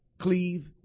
cleave